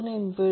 3 16Hz